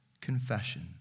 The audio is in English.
confession